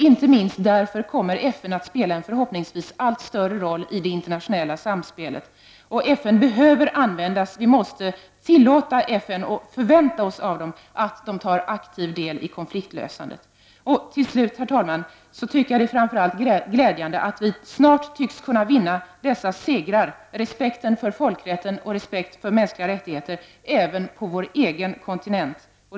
Inte minst därför kommer FN, förhoppningsvis, att få en allt större roll i det internationella samspelet. FN behöver användas, och vi måste tillåta FN och även förvänta oss av FN att man tar aktiv del i konfliktlösandet. Till slut, herr talman, vill jag understryka att det framför allt är glädjande att vi snart tycks kunna vinna nämnda segrar — det handlar då om dels respekten för folkrätten, dels respekten för mänskliga rättigheter även på vår egen kontinent.